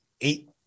eight